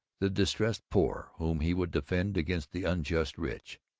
the distressed poor whom he would defend against the unjust rich,